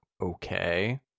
okay